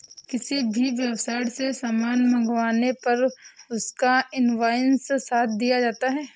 किसी भी वेबसाईट से सामान मंगाने पर उसका इन्वॉइस साथ दिया जाता है